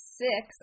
six